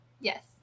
Yes